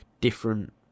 different